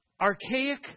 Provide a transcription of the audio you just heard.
archaic